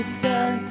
sun